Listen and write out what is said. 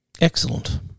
Excellent